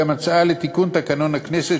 גם הצעה לתיקון תקנון הכנסת,